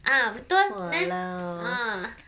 ah betul there ah